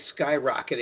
skyrocketing